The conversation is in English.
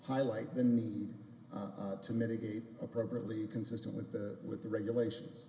highlight the need to mitigate appropriately consistent with the with the regulations